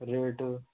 rate